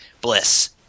bliss